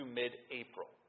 mid-April